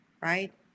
right